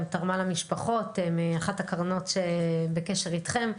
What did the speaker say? תרמה למשפחות מאחת הקרנות שבקשר איתכם,